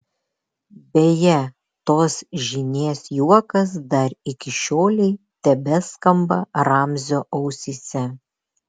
beje tos žynės juokas dar iki šiolei tebeskamba ramzio ausyse